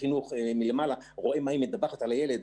החינוך רואה מלמעלה את מה שהיא מדווחת על הילד.